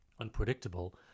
unpredictable